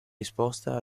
risposta